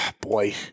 Boy